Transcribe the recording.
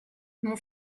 mon